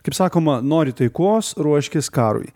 kaip sakoma nori taikos ruoškis karui